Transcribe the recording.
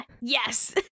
Yes